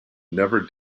never